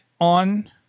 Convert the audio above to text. on